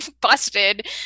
Busted